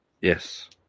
Yes